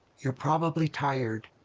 you're probably tired.